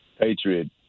patriot